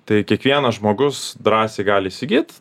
tai kiekvienas žmogus drąsiai gali įsigyt